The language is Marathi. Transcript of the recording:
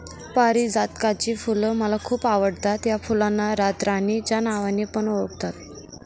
पारीजातकाची फुल मला खूप आवडता या फुलांना रातराणी च्या नावाने पण ओळखतात